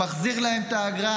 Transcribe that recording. מחזיר להם את האגרה,